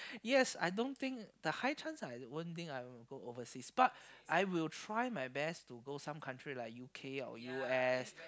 yes I don't think the high chance I'd one thing I will go overseas but I will try my best to go some country like u_k or u_s